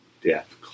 death